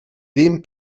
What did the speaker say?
ddim